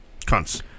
Cunts